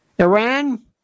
Iran